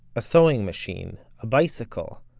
a sewing machine, a bicycle,